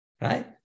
right